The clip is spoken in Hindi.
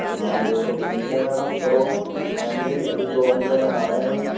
हाँ वो तो ठीक है मैडम चलो आएंगे एक दो घंटे में आ रहे हैं हम